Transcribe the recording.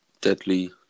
deadly